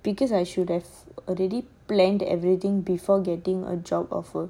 because I should have already planned everything before getting a job offer